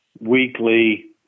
weekly